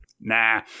Nah